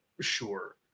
Sure